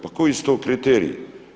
Pa koji su to kriteriji?